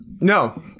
No